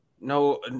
No –